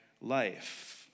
life